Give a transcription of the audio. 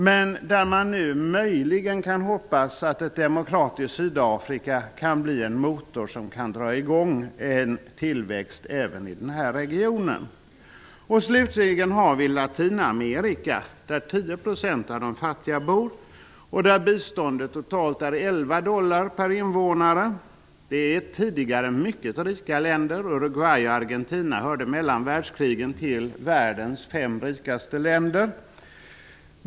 Men man kan hoppas att ett demokratiskt Sydafrika möjligen blir den motor som kan dra i gång en tillväxt även i den regionen. I Latinamerika bor 10 % av de fattiga, och biståndet totalt är 11 dollar per invånare. Det var tidigare mycket rika länder. Uruguay och Argentina hörde mellan världskrigen till världens fem rikaste länder.